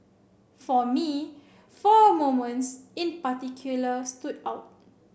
for me four moments in particular stood out